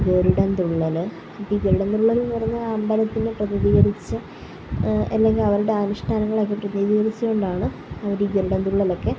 ഗരുഡൻ തുള്ളല് അപ്പം ഈ ഗരുഡൻ തുള്ളൽ എന്ന് പറഞ്ഞ ആ അമ്പലത്തിനെ പ്രതിനിധീകരിച്ച് അല്ലെങ്കിൽ അവരുടെ അനുഷ്ടാനങ്ങളൊക്കെ പ്രതിനിധീകരിച്ച് കൊണ്ടാണ് അവർ ഈ ഗരുഡൻ തുള്ളലൊക്കെ